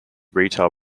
retail